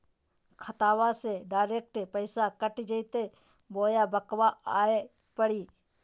खाताबा से डायरेक्ट पैसबा कट जयते बोया बंकबा आए परी?